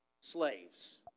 slaves